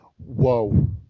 Whoa